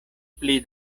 pli